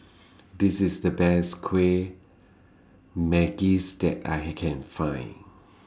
This IS The Best Kueh Manggis that I Can Find